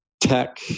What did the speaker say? tech